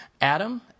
Adam